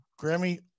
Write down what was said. Grammy